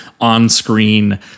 on-screen